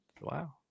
Wow